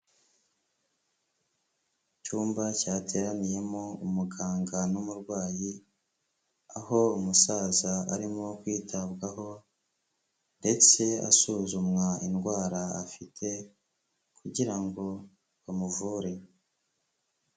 Icyumba cyateraniyemo umuganga n'umurwayi aho umusaza arimo kwitabwaho ndetse asuzumwa indwara afite kugira ngo bamuvure.